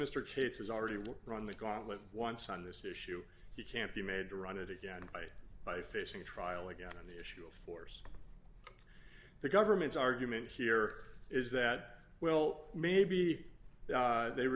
mr chase has already ruled run the gauntlet once on this issue he can't be made to run it again by facing trial again on the issue of force the government's argument here is that well maybe they